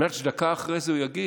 על מנת שדקה אחרי זה הוא יגיד: